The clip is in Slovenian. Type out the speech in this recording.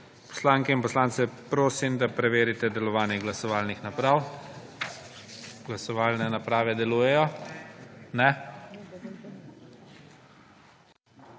Poslanke in poslance prosim, da preverite delovanje glasovalnih naprav. Glasovalne naprave delujejo? Ne.